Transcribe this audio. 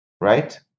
Right